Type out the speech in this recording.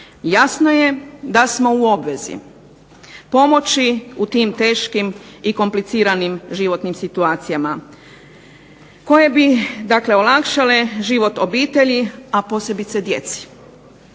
jasno je da smo u obvezi pomoći u tim teškim i kompliciranim životnim situacijama, koje bi olakšale život obitelji a posebice djeci.